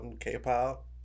K-pop